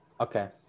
okay